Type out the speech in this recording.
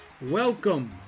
Welcome